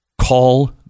Call